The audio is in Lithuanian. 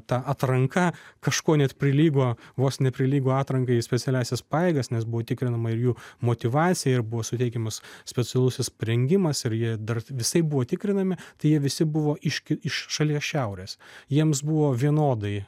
ta atranka kažkuo net prilygo vos neprilygo atrankai į specialiąsias pajėgas nes buvo tikrinama ir jų motyvacija ir buvo suteikiamas specialusis parengimas ir jei dar visaip buvo tikrinami tai jie visi buvo iš ki iš šalies šiaurės jiems buvo vienodai